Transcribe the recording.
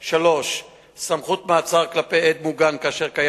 3. סמכות מעצר כלפי עד מוגן כאשר קיים